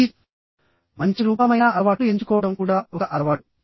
మంచి మంచి రూపామైనా అలవాట్లు ఎంచుకోవడం కూడా ఒక అలవాటు